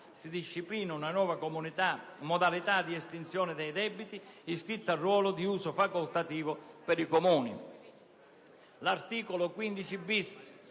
si disciplina una nuova modalità di estinzione dei debiti iscritti a ruolo di uso facoltativo per i Comuni.